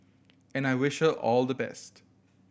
and I wish her all the best